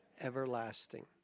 everlasting